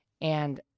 And-